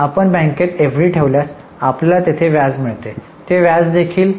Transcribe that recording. आपण बँकेत एफडी ठेवल्यास आपल्याला तेथे व्याज मिळेल ते व्याज देखील